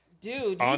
Dude